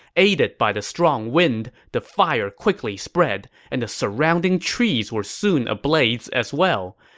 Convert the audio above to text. aided by the strong wind, the fire quickly spread, and the surrounding trees were soon ablaze as well,